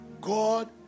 God